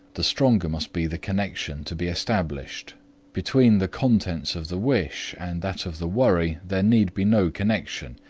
the stronger must be the connection to be established between the contents of the wish and that of the worry there need be no connection,